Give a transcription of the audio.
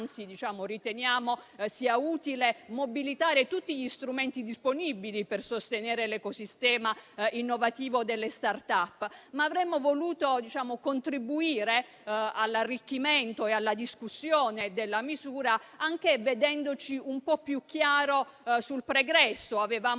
anzi, riteniamo sia utile mobilitare tutti gli strumenti disponibili per sostenere l'ecosistema innovativo delle *start-up.* Avremmo però voluto contribuire all'arricchimento e alla discussione della misura, anche vedendoci un po' più chiaro sul pregresso. Avevamo